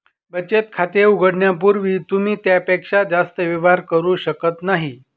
बचत खाते उघडण्यापूर्वी तुम्ही त्यापेक्षा जास्त व्यवहार करू शकत नाही